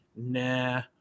nah